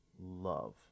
love